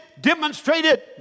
demonstrated